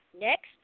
Next